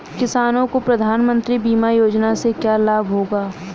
किसानों को प्रधानमंत्री बीमा योजना से क्या लाभ होगा?